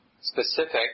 specific